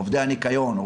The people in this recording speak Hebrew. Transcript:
עובדי הניקיון,